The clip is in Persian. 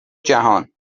جهان